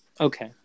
Okay